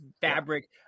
fabric